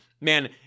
man